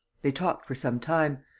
they talked for some time.